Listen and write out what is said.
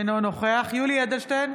אינו נוכח יולי יואל אדלשטיין,